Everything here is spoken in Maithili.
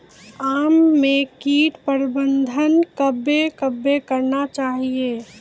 आम मे कीट प्रबंधन कबे कबे करना चाहिए?